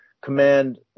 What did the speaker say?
command